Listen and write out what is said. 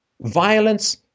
violence